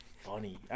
Funny